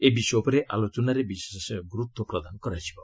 ଏ ବିଷୟ ଉପରେ ଆଲୋଚନାରେ ବିଶେଷ ଗୁରୁତ୍ୱ ପ୍ରଦାନ କରାଯିବ